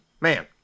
man